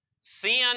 Sin